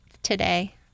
today